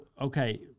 okay